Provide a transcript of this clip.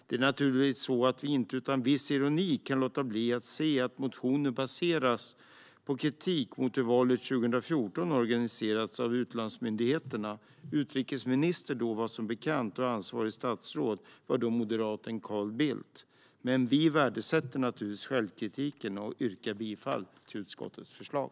Det är naturligtvis så att vi inte utan viss ironi kan låta bli att se att motionen baseras på kritik mot hur valet 2014 organiserats av utlandsmyndigheterna. Utrikesminister och ansvarigt statsråd var då som bekant moderaten Carl Bildt. Men vi värdesätter naturligtvis självkritiken och yrkar bifall till utskottets förslag.